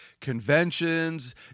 conventions